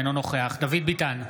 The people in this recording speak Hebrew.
אינו נוכח דוד ביטן,